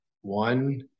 one